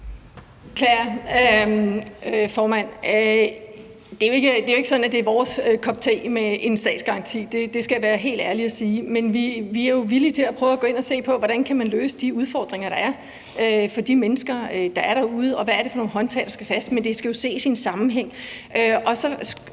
det er vores kop te med en statsgaranti. Det skal jeg være helt ærlig at sige. Vi er jo villige til at prøve at gå ind og se på, hvordan man kan løse de udfordringer, der er for de mennesker, der er derude, og hvad det er for nogle håndtag, der skal anvendes, men det skal jo ses i en sammenhæng.